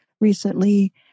recently